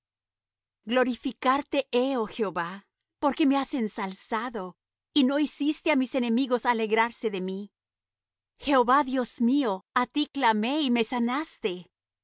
glorificarte he oh jehová porque me has ensalzado y no hiciste á mis enemigos alegrarse de mí jehová dios mío a ti clamé y me sanaste